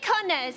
Connors